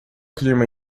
clima